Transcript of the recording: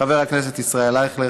חבר הכנסת ישראל אייכלר,